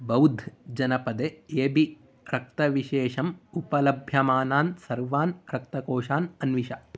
बौध् जनपदे A B रक्तविशेषम् उपलभ्यमानान् सर्वान् रक्तकोषान् अन्विष